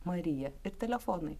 marija ir telefonai